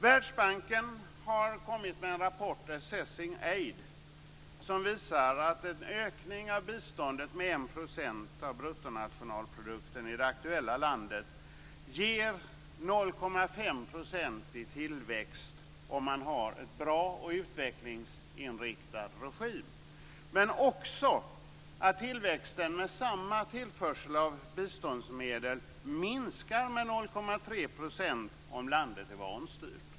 Världsbanken har kommit med en rapport, Assessing Aid, som visar att en ökning av biståndet med 1 % av bruttonationalprodukten i det aktuella landet ger 0,5 % i tillväxt, om man har en bra och utvecklingsinriktad regim. Men den visar också att tillväxten med samma tillförsel av biståndsmedel minskar med 0,3 % om landet är vanstyrt.